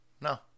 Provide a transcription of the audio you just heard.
No